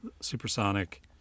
supersonic